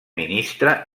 ministre